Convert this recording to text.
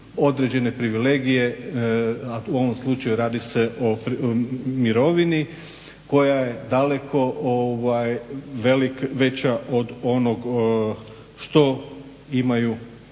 određene privilegije, a u ovom slučaju radi se o mirovini koja je daleko veća od onoga što imaju prosječni